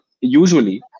usually